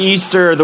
Easter